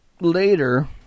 later